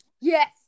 Yes